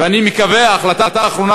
ואני מקווה שההחלטה האחרונה,